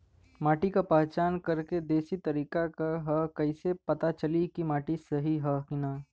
माटी क पहचान करके देशी तरीका का ह कईसे पता चली कि माटी सही ह?